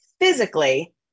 Physically